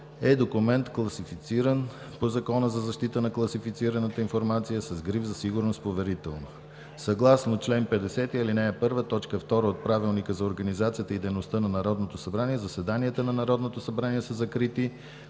е документ, класифициран по Закона за защита на класифицираната информация с гриф за сигурност „Поверително“. Съгласно чл. 50, ал. 1, т. 2 от Правилника за организацията и дейността на Народното събрание заседанията на Народното събрание са закрити,